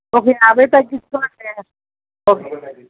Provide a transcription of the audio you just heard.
ఒక యాభై తగ్గించుకోండి ఒక